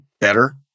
better